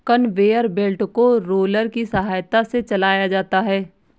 conveyor belt को roller की सहायता से चलाया जाता है